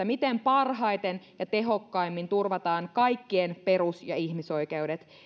miten parhaiten ja tehokkaimmin turvataan kaikkien perus ja ihmisoikeudet